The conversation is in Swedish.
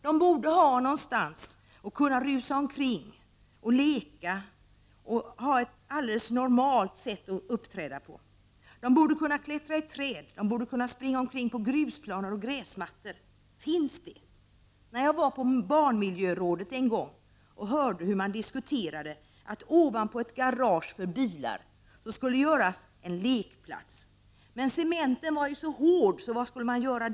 De borde ha någonstans att kunna rusa runt och springa och leka på ett normalt sätt. De borde kunna klättra i träd. De borde kunna springa i kring på grusplaner och gräsmattor. Finns det? Jag var en gång på barnmiljörådet och hörde hur man diskuterade att ovanpå ett garage för bilar göra en lekplats. Men cementen var ju så hård, så vad skulle man göra?